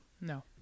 No